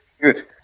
good